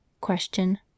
Question